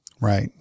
Right